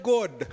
God